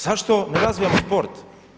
Zašto ne razvijamo sport?